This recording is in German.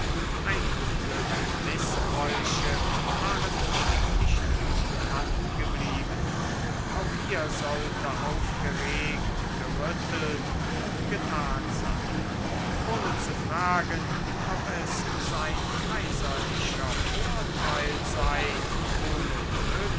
eingeführte mißbräuche waren ihm nicht unbekannt geblieben auch hier sollte aufgeregt gerüttelt und getan sein ohne zu fragen ob es sein kaiserlicher vorteil sei ohne